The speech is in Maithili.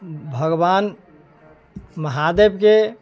भगवान महादेव के